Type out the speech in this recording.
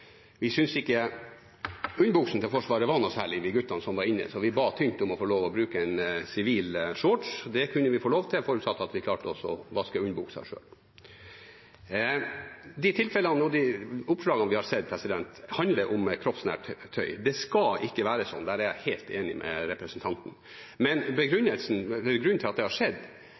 vi syntes ikke underbuksene til Forsvaret var noe særlig, vi guttene som var inne, så vi ba tynt om å få lov til å bruke en sivil shorts. Det kunne vi få lov til, forutsatt at vi klarte å vaske underbuksene selv. De tilfellene og de oppslagene vi har sett, handler om kroppsnært tøy. Det skal ikke være sånn – der er jeg helt enig med representanten Borch. Grunnen til at det har skjedd,